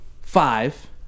five